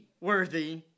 worthy